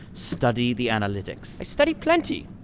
study the analytics i study plenty!